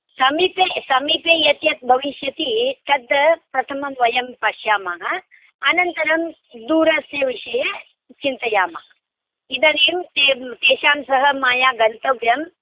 समीपे समीपे यद्यद् भविष्यति तद् प्रथमं वयं पश्यामः अनन्तरं दूरस्य विषये चिन्तयामः इदानीं तें तेषां सह मया गन्तव्यम्